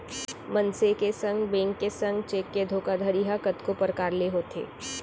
मनसे के संग, बेंक के संग चेक के धोखाघड़ी ह कतको परकार ले होथे